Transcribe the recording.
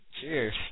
Cheers